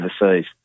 overseas